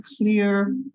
clear